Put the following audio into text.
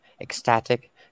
ecstatic